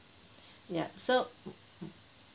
yup so